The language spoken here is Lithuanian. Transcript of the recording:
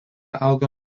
auga